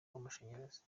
w’amashanyarazi